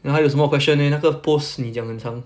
then 还有什么 question 那个 post 你讲很长